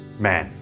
man,